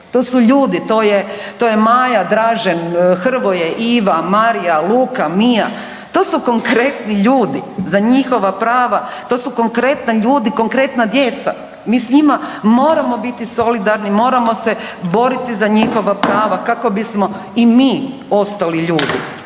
to su ljudi, to je Maja, Dražen, Hrvoje, Iva, Marija, Luka, Mia to su konkretni ljudi za njihova prava, to su konkretni ljudi, konkretna djeca, mi s njima moramo biti solidarni, moramo se boriti za njihova prava kako bismo i mi ostali ljudi.